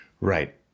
Right